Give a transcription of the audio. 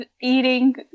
eating